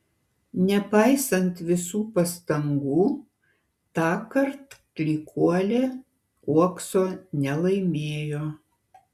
nepaisant visų pastangų tąkart klykuolė uokso nelaimėjo